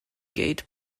gate